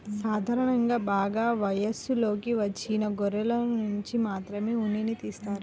సాధారణంగా బాగా వయసులోకి వచ్చిన గొర్రెనుంచి మాత్రమే ఉన్నిని తీస్తారు